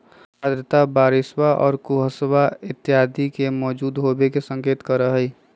आर्द्रता बरिशवा और कुहसवा इत्यादि के मौजूद होवे के संकेत करा हई